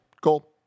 Cool